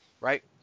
Right